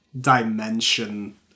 dimension